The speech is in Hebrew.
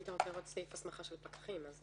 אם אתה רוצה לראות את סעיף ההסמכה של הפקחים, זה